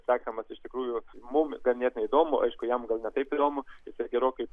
sekamas iš tikrųjų mum ganėtinai įdomu aišku jam gal ne taip įdomu tiesiog gerokai